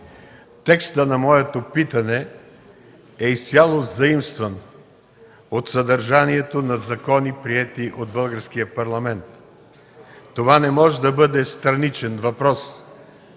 Текстът на моето питане е изцяло взаимстван от съдържанието на закони, приети от Българския парламент. Това не може да бъде страничен въпрос